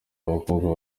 abakobwa